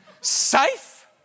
Safe